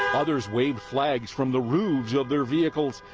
others waved flags from the roofs of their vehicles.